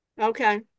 okay